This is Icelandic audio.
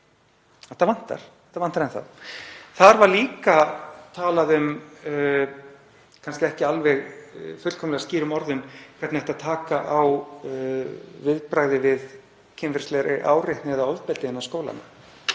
Þetta vantar enn þá. Þar var líka talað um, kannski ekki alveg fullkomlega skýrum orðum, hvernig ætti að taka á viðbragði við kynferðislegri áreitni eða ofbeldi innan skólanna